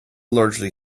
largely